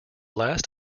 last